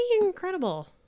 incredible